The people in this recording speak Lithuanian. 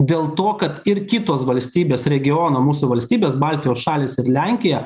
dėl to kad ir kitos valstybės regiono mūsų valstybės baltijos šalys ir lenkija